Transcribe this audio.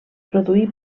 produí